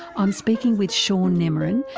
i'm speaking with shaun nemorin,